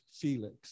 Felix